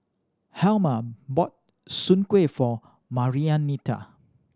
Helmer bought Soon Kueh for Marianita